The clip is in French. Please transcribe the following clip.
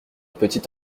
petite